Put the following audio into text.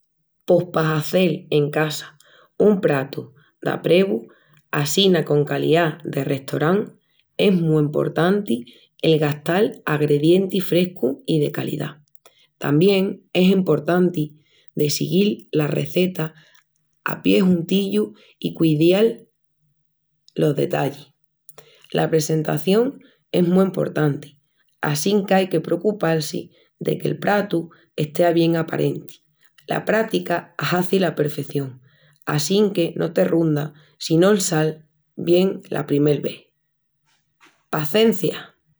Pos pa hazel en casa un pratu d'aprevu, assina con calidá de restorán, es mu emportanti el gastal agredientis frescus i de calidá. Tamién es emportanti de siguil las rezetas a pies juntillus i cuidial los detallis. La presentación es mu emportanti, assín qu'ai que precupal-si de que'l pratu estea bien aparenti. La prática hazi la perfeción, assinque no te rundas si no sal bien la primel vés. Pacencia!